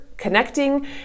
connecting